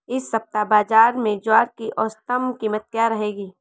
इस सप्ताह बाज़ार में ज्वार की औसतन कीमत क्या रहेगी?